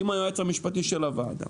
אם היועץ המשפטי של הוועדה